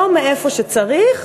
לא מאיפה שצריך,